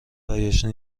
برگشتن